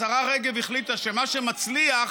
השרה רגב החליטה שמה שמצליח,